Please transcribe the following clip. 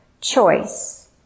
choice